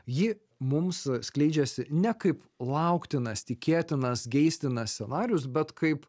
ji mums skleidžiasi ne kaip lauktinas tikėtinas geistinas scenarijus bet kaip